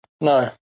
no